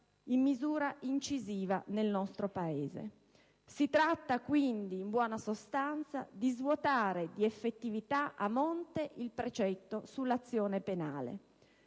in misura incisiva nel nostro Paese. Si tratta quindi, in buona sostanza, di svuotare a monte di effettività il precetto dell'azione penale.